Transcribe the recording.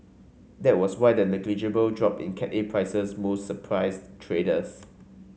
that was why the negligible drop in Cat A prices most surprised traders